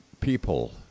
people